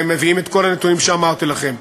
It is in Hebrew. והם מביאים את כל הנתונים שאמרתי לכם.